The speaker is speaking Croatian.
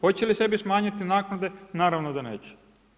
Hoće li sebi smanjiti naknade, naravno da neće.